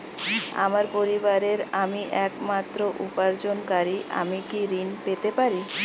আমার পরিবারের আমি একমাত্র উপার্জনকারী আমি কি ঋণ পেতে পারি?